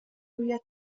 روی